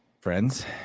friends